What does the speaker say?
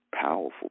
powerful